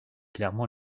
clairement